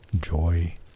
joy